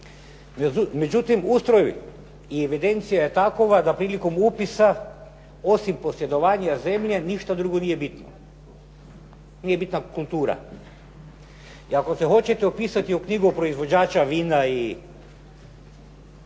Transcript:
Međutim, ustroji i evidencija je takova da prilikom upisa osim posjedovanja zemlje ništa drugo nije bitno. Nije bitna kultura. I ako se hoćete upisati u knjigu proizvođača vina i